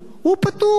הוא פטור.